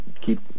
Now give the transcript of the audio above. keep